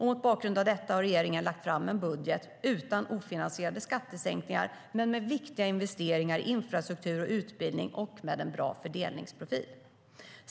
Mot bakgrund av detta har regeringen lagt fram en budget utan ofinansierade skattesänkningar, men med viktiga investeringar i infrastruktur och utbildning och med en bra fördelningsprofil.